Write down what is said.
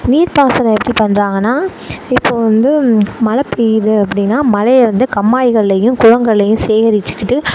நீர்ப்பாசனம் எப்படி பண்றாங்கன்னா இப்போது வந்து மழைப்பெய்யுது அப்படினா மழையை வந்து கம்மாய்கள்லையும் குளங்கள்லையும் சேகரிச்சிக்கிட்டு